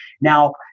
Now